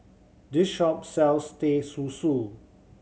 this shop sells Teh Susu